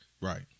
Right